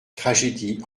tragédie